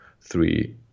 three